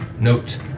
Note